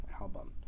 album